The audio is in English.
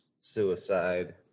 suicide